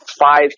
five